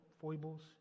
foibles